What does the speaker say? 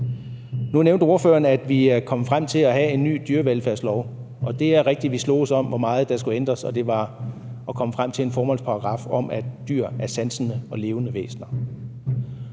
Nu nævnte ordføreren, at vi er kommet frem til at have en ny dyrevelfærdslov. Det er rigtigt, at vi sloges om, hvor meget der skulle ændres, og om at komme frem til en formålsparagraf om, at dyr er sansende og levende væsener.